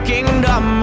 Kingdom